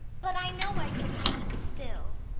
but i know i couldn't keep still.